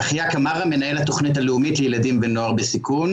אני מנהל התכנית הלאומית לילדים ונוער בסיכון.